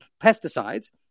pesticides